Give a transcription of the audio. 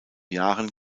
jahren